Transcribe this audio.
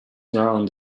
round